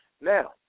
Now